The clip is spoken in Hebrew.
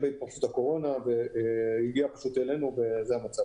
זה נגיף שהגיע אלינו ואנחנו מתמודדים איתו.